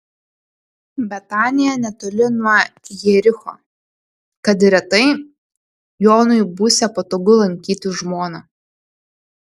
betanija netoli nuo jericho kad ir retai jonui būsią patogu lankyti žmoną